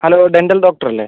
hello dental doctor അല്ലേ